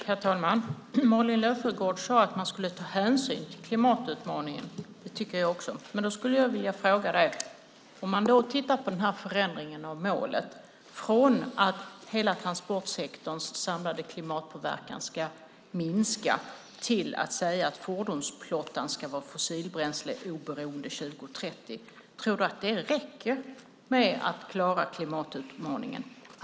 Herr talman! Malin Löfsjögård sade att man skulle ta hänsyn till klimatutmaningen. Det tycker jag också. Men då skulle jag vilja fråga Malin Löfsjögård: Om man tittar på den här förändringen av målet - från att hela transportsektorns samlade klimatpåverkan ska minska till att säga att fordonsflottan ska vara fossilbränsleoberoende år 2030 - tror hon att det räcker för att klara klimatutmaningen?